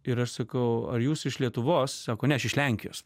ir aš sakau ar jūs iš lietuvos sako ne aš iš lenkijos